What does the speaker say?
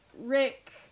Rick